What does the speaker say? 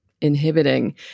inhibiting